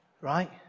right